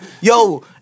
Yo